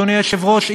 אדוני היושב-ראש,